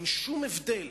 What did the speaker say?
אין שום הבדל.